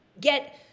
get